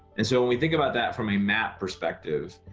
and so when we think about that from a map perspective,